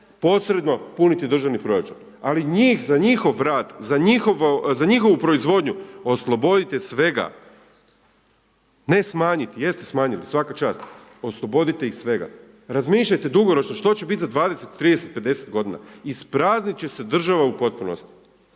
posredno puniti državni proračun. Ali njih za njihov rad, za njihovu proizvodnju oslobodite svega. Ne smanjiti, jeste smanjili, svaka čast. Oslobodite ih svega. Razmišljajte dugoročno, što će biti za 20, 30, 50 godina. Ispraznit će se država u potpunosti.